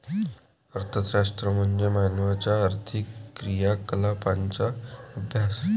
अर्थशास्त्र म्हणजे मानवाच्या आर्थिक क्रियाकलापांचा अभ्यास